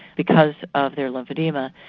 because of their lymphoedema,